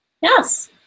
Yes